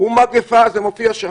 ומגפה מופיעה שם.